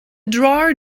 drawer